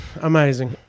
Amazing